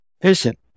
patient